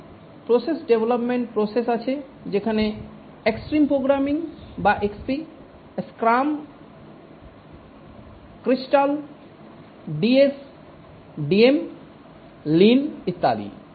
অনেক process development process আছে যেমন এক্সট্রিম প্রোগ্রামিং বা XP scrum crystal DSDM lean ইত্যাদি